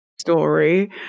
story